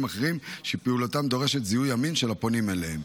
אחרים שפעילותם דורשת זיהוי אמין של הפונים אליהם,